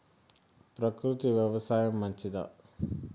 ప్రకృతి వ్యవసాయం మంచిదా?